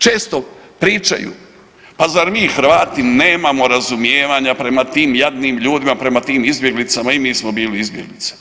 Često pričaju, pa zar mi Hrvati nemamo razumijevanja prema tim jadnim ljudima, prema tim izbjeglicama, i mi smo bili izbjeglice.